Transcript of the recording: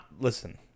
listen